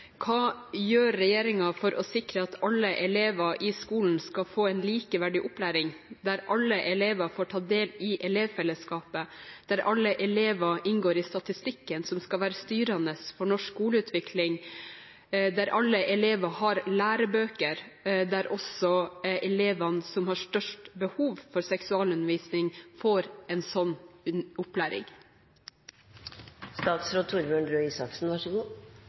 gjør regjeringen for å sikre at alle elever i skolen skal få en likeverdig opplæring, hvor alle elevene får ta del i elevfellesskapet, hvor alle elevene inngår i statistikken som skal være styrende for norsk skoleutvikling, hvor alle elever har lærebøker, hvor også elevene som har størst behov for seksualundervisning, får